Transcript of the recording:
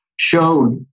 showed